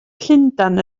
llundain